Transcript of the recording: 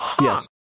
Yes